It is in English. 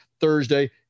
Thursday